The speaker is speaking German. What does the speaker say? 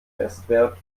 bestwert